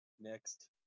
Next